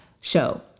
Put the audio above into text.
show